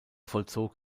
vollzog